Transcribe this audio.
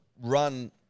run